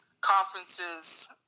conferences